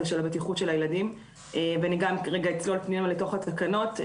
של הבטיחות של הילדים ואני אצלול לתוך התקנות.